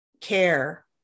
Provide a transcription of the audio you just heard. care